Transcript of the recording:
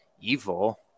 evil